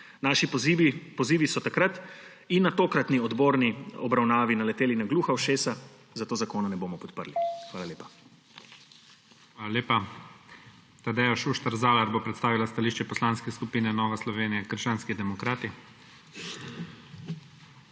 Naši pozivi so takrat in na tokratni odborni obravnavi naleteli na gluha ušesa, zato zakona ne bomo podprli. Hvala lepa. **PREDSEDNIK IGOR ZORČIČ:** Hvala lepa. Tadeja Šuštar Zalar bo predstavila stališče Poslanske skupine Nova Slovenija – krščanski demokrati.